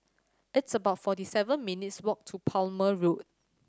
it's about forty seven minutes' walk to Plumer Road